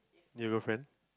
your girlfriend